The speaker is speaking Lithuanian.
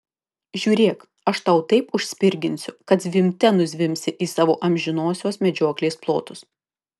žiūrėk aš tau taip užspirginsiu kad zvimbte nuzvimbsi į savo amžinosios medžioklės plotus